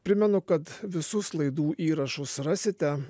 primenu kad visus laidų įrašus rasite